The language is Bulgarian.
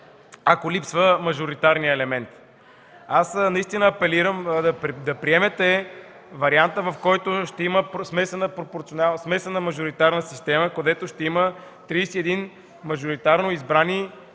ако липсва мажоритарният елемент. Апелирам да приемете варианта, в който ще има смесена мажоритарна система, където ще има 31 мажоритарно избрани